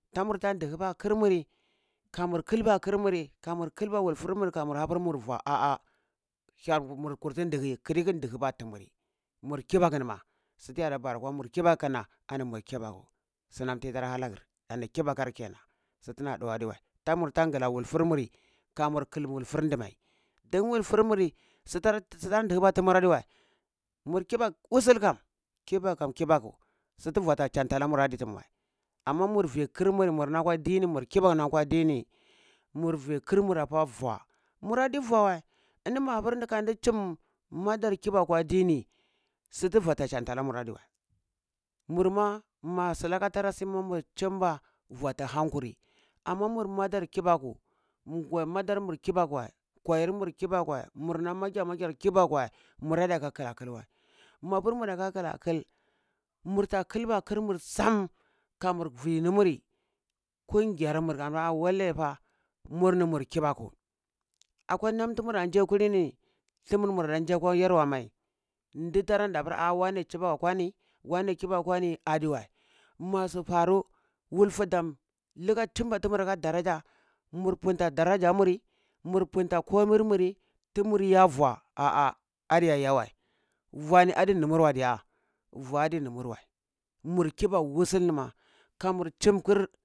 Tamur ta digaɓa kir muri, kamur ƙilba kirmuri kamur kilba wulfurmur hapur mur vua ah ah hya mukurtin digyi killi kin digyiba tumuri, mur kiɓani ma su tiya da bara kwa mur kiɓakuna ani mua kiɓaku sunam tiyi ta halagir ani kibakar kenan sutina duwar adiwei, tamur tan gla wulfur muri kanur kil wulrfur ndi mai din wulfur muri, sutura sutan digiba tumur adiwa mur kibak wusul kam kibak kam kiɓaku su tu vua tan chanta lamur aditum wei, ama mu vi ƙirmuri murna kwa duni mur kibak nan kwa dini, mur vi kirmur apa vuah muradi vua wei ani mapur kandi chim madar kibaku kwa diini, sutu vua ta chanta lamur adiwa, mur ma, ma silaka tarasi mu chimba vua ta hankuri. Ama mur madar kiɓaku madar mur kiɓaku wai kwayar mur kiɓaku wei mur nam magya magyar kibaku wei mura da ka ƙilakil wai, mapur murada klakil, murta kilba kirmur sam kamur vi nimuri kungiyar mur ama wanita murni mur kibaku akwa nam tumura ji kulini tumurmur mura jiya kwa yerwa mai ditara de pur warie chibok akwani wane kiɓak akwa ni aduwəi masu faru wulfu dam lika tumba tumur aka daraja, mur punta darajar muri mur punta komair muri tumur iya vua ah ah adi iyayawəi, vuə ni adi numur wəi diya, vua adi numur wəi, mur kiɓaku wusul nima kamur chimƙir